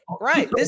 Right